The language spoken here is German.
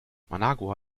managua